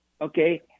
okay